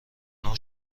نوع